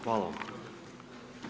Hvala vam.